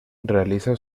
realiza